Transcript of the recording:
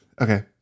Okay